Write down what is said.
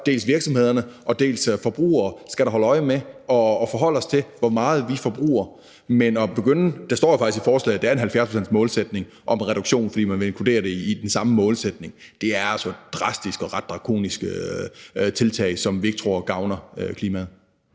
Dels virksomheder, dels forbrugere skal da holde øje med og forholde sig til, hvor meget man bruger. Der står faktisk i forslaget, at det er en 70-procentsreduktionsmålsætning, fordi man vil inkludere det i den samme målsætning. Det er altså drastiske og ret drakoniske tiltag, som vi ikke tror gavner klimaet.